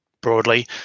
broadly